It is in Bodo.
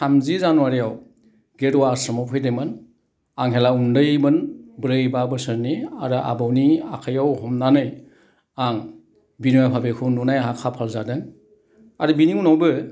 थामजि जानुवारिआव गेरुवा आस्रमाव फैदोंमोन आं हेला उन्दैमोन ब्रै बा बोसोरनि आरो आबौनि आखायाव हमनानै आं बिनुवा भाबेखौ नुनाय आंहा खाफाल जादों आरो बेनि उनावबो